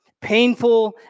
painful